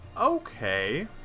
Okay